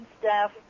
staff